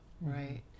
Right